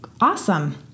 awesome